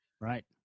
Right